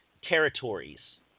territories